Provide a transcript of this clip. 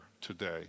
today